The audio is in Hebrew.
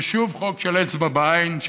שוב חוק של אצבע בעין,